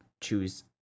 choose